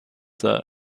the